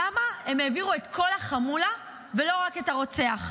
למה הם העבירו את כל החמולה ולא רק את הרוצח?